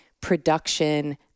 production